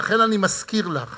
ולכן אני מזכיר לך